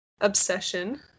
Obsession